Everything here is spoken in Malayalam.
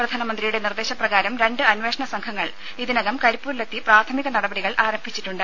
പ്രധാനമന്ത്രിയുടെ നിർദ്ദേശ പ്രകാരം രണ്ട് അന്വേഷണ സംഘങ്ങൾ ഇതിനകം കരിപ്പൂരിലെത്തി പ്രാഥമിക നടപടികൾ ആരംഭിച്ചിട്ടുണ്ട്